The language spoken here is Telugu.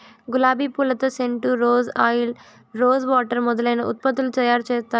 గులాబి పూలతో scent, rose oil, rose water మొదలైన ఉత్పత్తులను తయారు చేత్తారు